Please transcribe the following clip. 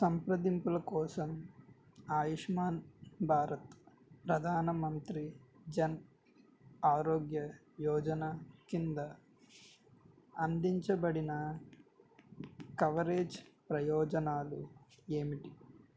సంప్రదింపుల కోసం ఆయుష్మాన్ భారత్ ప్రధాన మంత్రి జన్ ఆరోగ్య యోజనా కింద అందించబడిన కవరేజ్ ప్రయోజనాలు ఏమిటి